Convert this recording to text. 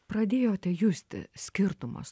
pradėjote justi skirtumus